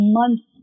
months